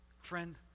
Friend